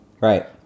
right